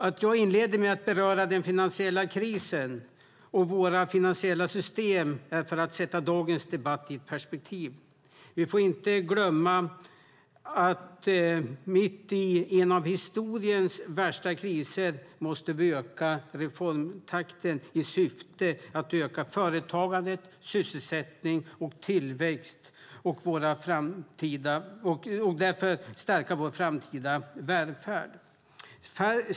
Att jag inleder med att beröra den finansiella krisen och våra finansiella system är för att sätta dagens debatt i ett perspektiv. Vi får inte glömma att mitt i en av historiens värsta kriser måste vi öka reformtakten i syfte att öka företagande, sysselsättning och tillväxt samt stärka vår framtida välfärd.